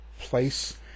place